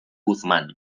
guzmán